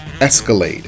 Escalade